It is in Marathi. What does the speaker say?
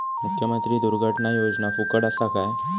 मुख्यमंत्री दुर्घटना योजना फुकट असा काय?